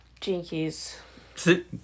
Jinkies